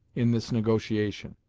in this negotiation.